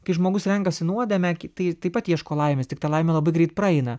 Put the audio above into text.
kai žmogus renkasi nuodėmę tai taip pat ieško laimės tik ta laimė labai greit praeina